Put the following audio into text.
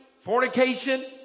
fornication